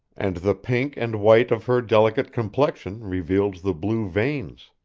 and the pink and white of her delicate complexion revealed the blue veins.